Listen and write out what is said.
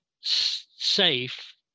safe